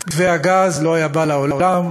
מתווה הגז לא היה בא לעולם,